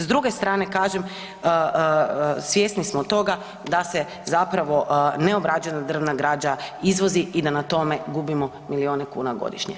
S druge strane kažem, svjesni smo toga da se zapravo neobrađena drvna građana izvozi i da na tome gubimo milijune kuna godišnje.